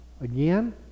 again